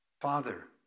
Father